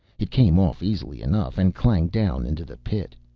it came off easily enough and clanged down into the pit.